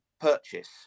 purchase